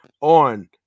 on